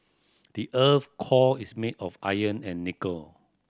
the earth's core is made of iron and nickel